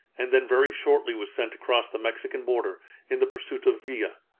and then very shortly was sent across the mexican border in the pursuit of villa.